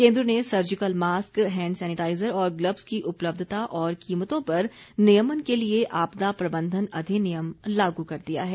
केन्द्र ने surgical mask hand sanitiser और ग्लब्स की उपलब्धता और कीमतों पर नियमन के लिए आपदा प्रबंधन अधिनियम लागू कर दिया है